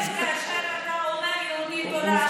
חייבת כאשר אתה אומר "יהודי תורן",